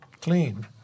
clean